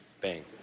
Bang